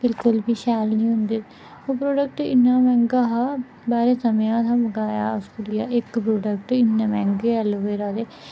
बिल्कुल बी शैल निं होंदे ओह् प्रोडक्ट इन्ना मैंह्गा हा बारां स'वें आह्ला मंगाया उस कुड़िया इक प्रोडकट इन्ने मैेंह्गे एलोवेरा दे